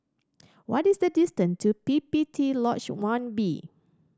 what is the distance to P P T Lodge One B